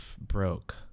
broke